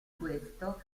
questo